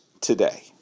today